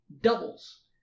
doubles